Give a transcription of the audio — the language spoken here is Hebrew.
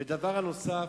דבר נוסף,